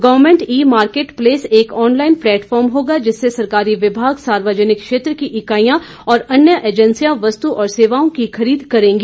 government e market place एक online platform होगा जिससे सरकारी विभाग सार्वजनिक क्षेत्र की इकाईयां और अन्य एजेंसियां वस्तु और सेवाओं की खरीद करेंगी